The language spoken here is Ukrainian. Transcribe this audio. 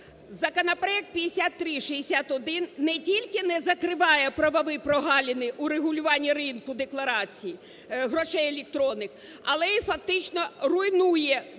Законопроект 5361 не тільки не закриває правові прогалини у регулюванні ринку декларацій… грошей електронних, але і фактично руйнує державну